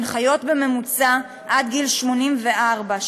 הן חיות בממוצע עד גיל 84,